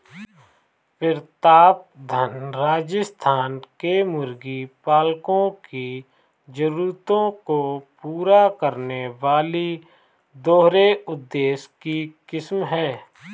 प्रतापधन राजस्थान के मुर्गी पालकों की जरूरतों को पूरा करने वाली दोहरे उद्देश्य की किस्म है